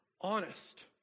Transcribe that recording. honest